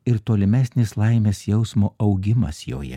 ir tolimesnis laimės jausmo augimas joje